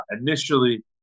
Initially